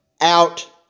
out